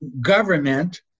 government